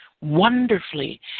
wonderfully